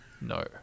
No